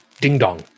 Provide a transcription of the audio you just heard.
ding-dong